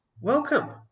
welcome